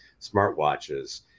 smartwatches